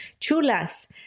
Chulas